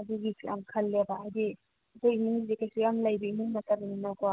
ꯑꯗꯨꯒꯤꯁꯨ ꯌꯥꯝ ꯈꯜꯂꯦꯕ ꯍꯥꯏꯗꯤ ꯑꯩꯈꯣꯏ ꯏꯃꯨꯡꯁꯦ ꯀꯩꯁꯨ ꯌꯥꯝ ꯂꯩꯕ ꯏꯃꯨꯡ ꯅꯠꯇꯕꯅꯤꯅꯀꯣ